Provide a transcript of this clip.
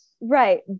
Right